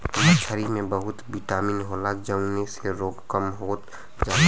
मछरी में बहुत बिटामिन होला जउने से रोग कम होत जाला